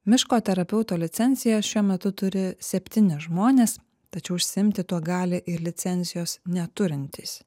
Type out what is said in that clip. miško terapeuto licencijas šiuo metu turi septyni žmonės tačiau užsiimti tuo gali ir licencijos neturintys